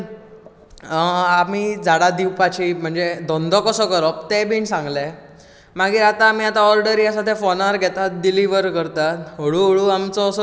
आमी झाडां दिवपाची म्हणजे धंदो कसो करप तें बीन सांगलें मागीर आता आमी आतां ऑर्डरी आसा ते फॉनार घेतात डिलिवर करतात हळू हळू आमचो असो बिजनस आसा